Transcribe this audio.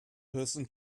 person